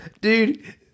dude